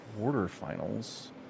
quarterfinals